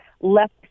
left